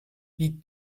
wie